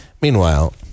Meanwhile